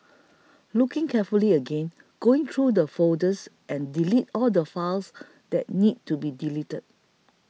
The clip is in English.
looking carefully again going through the folders and delete all the files that need to be deleted